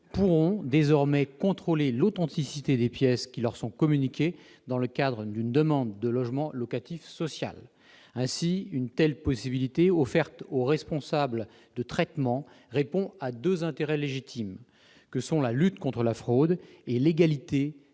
pourront désormais contrôler l'authenticité des pièces qui leur sont communiquées dans le cadre d'une demande de logement locatif social. Ainsi, une telle possibilité offerte au responsable de traitement répond à deux intérêts légitimes que sont la lutte contre la fraude et l'égalité de